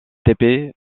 épais